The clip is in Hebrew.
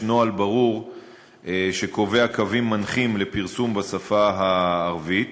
נוהל ברור שקובע קווים מנחים בשפה הערבית.